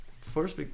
first